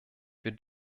wir